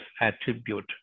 attribute